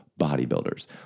Bodybuilders